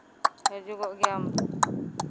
ᱦᱤᱡᱩᱜᱚᱜ ᱜᱮᱭᱟᱢ